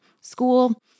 school